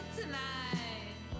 tonight